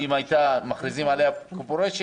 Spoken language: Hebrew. אם היו מכריזים עליה כפורשת,